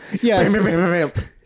Yes